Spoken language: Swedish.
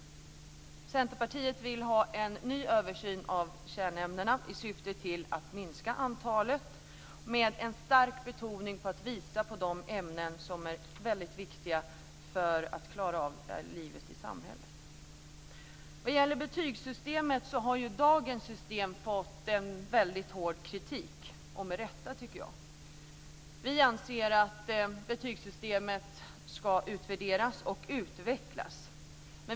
Centerpartiet vill ha en ny översyn av kärnämnena i syfte att minska antalet - med en stark betoning på att visa på de ämnen som är väldigt viktiga för att klara av livet i samhället. Vad gäller betygssystemet så har dagens system fått väldigt hård kritik - med rätta, tycker jag. Vi anser att betygssystemet ska utvärderas och utvecklas.